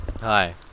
Hi